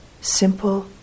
simple